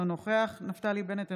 אינו נוכח נפתלי בנט,